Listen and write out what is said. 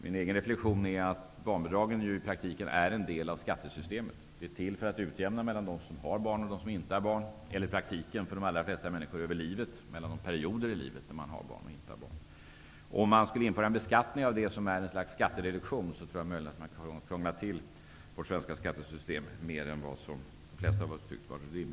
Min egen reflexion är att barnbidragen ju i praktiken är en del av skattesystemet. De är till för att utjämna mellan dem som har barn och dem som inte har barn eller, i praktiken för de allra flesta människor, att utjämna inkomsterna över livet, mellan de perioder i livet då man har små barn och de då man inte har det. Om man skulle införa en beskattning av det som är ett slags skattereduktion, tror jag möjligen att man krånglar till vårt svenska skattesystem mer än vad de flesta av oss tycker är rimligt.